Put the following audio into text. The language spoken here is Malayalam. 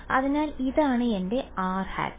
അതിനാൽ ഇതാണ് എന്റെ r ഹാറ്റ്